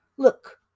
look